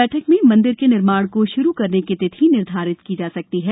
बैठक में मंदिर के निर्माण को शुरू करने की तिथि निर्धारित की जा सकती है